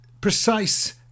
precise